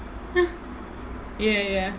ya ya